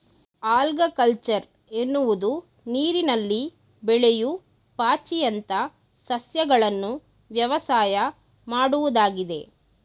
algaculture ಎನ್ನುವುದು ನೀರಿನಲ್ಲಿ ಬೆಳೆಯೂ ಪಾಚಿಯಂತ ಸಸ್ಯಗಳನ್ನು ವ್ಯವಸಾಯ ಮಾಡುವುದಾಗಿದೆ